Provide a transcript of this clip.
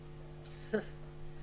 על מוסד השאילתות.